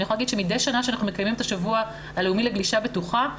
מדי שנה כשאנחנו מקיימים את השבוע הלאומי לגלישה בטוחה,